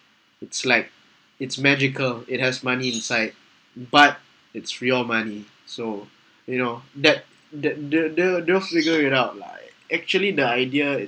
it's like it's magical it has money inside but it's real money so you know that that they'll they'll they'll figure it out lah actually the idea